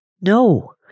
No